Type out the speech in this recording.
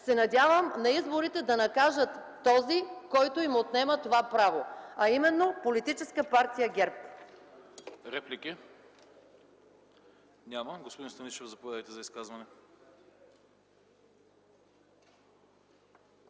се надявам на изборите да накажат този, който им отнема това право, а именно Политическа партия ГЕРБ.